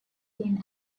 hint